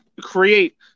create